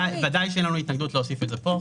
ודאי שאין לנו התנגדות להוסיף את זה כאן.